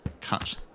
cut